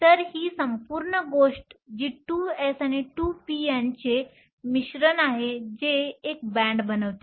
तर ही संपूर्ण गोष्ट जी 2s आणि 2p यांचे मिश्रण आहे ते एक बँड बनवते